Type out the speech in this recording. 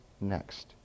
next